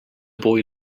boy